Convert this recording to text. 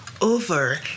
over